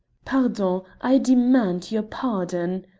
pardon! i demand your pardon!